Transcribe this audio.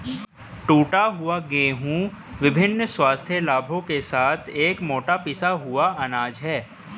टूटा हुआ गेहूं विभिन्न स्वास्थ्य लाभों के साथ एक मोटा पिसा हुआ अनाज है